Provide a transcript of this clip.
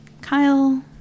Kyle